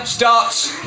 starts